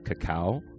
cacao